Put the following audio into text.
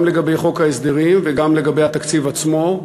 גם לגבי חוק ההסדרים וגם לגבי התקציב עצמו.